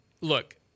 look